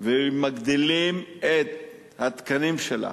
ומגדילים את מספר התקנים שלה,